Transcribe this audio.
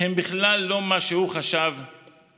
הם בכלל לא מה שהוא חשב בהתחלה.